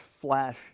flash